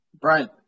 Brian